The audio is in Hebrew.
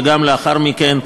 וגם לאחר מכן,